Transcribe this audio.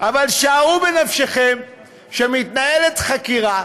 אבל שערו בנפשכם שמתנהלת חקירה,